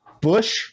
Bush